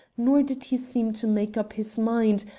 nor did he seem to make up his mind,